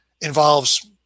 involves